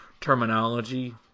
terminology